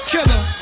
Killer